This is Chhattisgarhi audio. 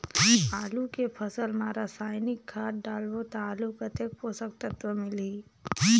आलू के फसल मा रसायनिक खाद डालबो ता आलू कतेक पोषक तत्व मिलही?